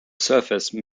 surface